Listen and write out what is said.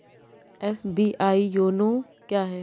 SBI YONO क्या है?